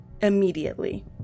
immediately